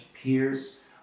peers